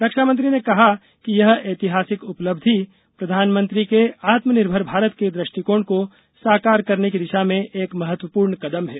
रक्षामंत्री ने कहा कि यह ऐतिहासिक उपलब्धि प्रधानमंत्री के आत्मनिर्भर भारत के दृष्टिकोण को साकार करने की दिशा में एक महत्वपूर्ण कदम है